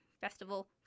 festival